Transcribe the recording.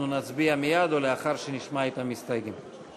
התשע"ה 2015, לקריאה שנייה וקריאה שלישית.